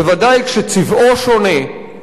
בוודאי כשצבעו שונה,